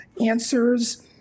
answers